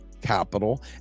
capital